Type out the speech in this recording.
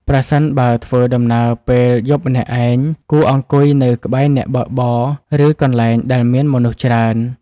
ប្រសិនបើធ្វើដំណើរពេលយប់ម្នាក់ឯង គួរអង្គុយនៅក្បែរអ្នកបើកបរ ឬកន្លែងដែលមានមនុស្សច្រើន។